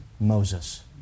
Moses